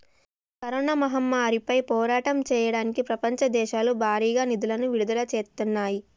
corona మహమ్మారిపై పోరాటం చెయ్యడానికి ప్రపంచ దేశాలు భారీగా నిధులను విడుదల చేత్తన్నాయి